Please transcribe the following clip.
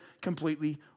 completely